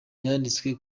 byanditswe